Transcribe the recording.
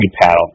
paddle